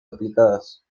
aplicadas